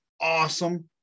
awesome